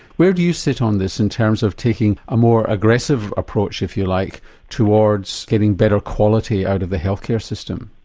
where do you sit on this in terms of taking a more aggressive approach if you like towards getting better quality out of the health care system?